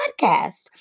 podcast